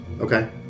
okay